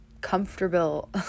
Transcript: comfortable